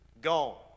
gone